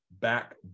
back